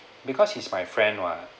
because he's my friend [what]